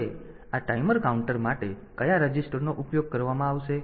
હવે આ timer counter માટે કયા રજીસ્ટરનો ઉપયોગ કરવામાં આવશે